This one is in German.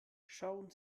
schauen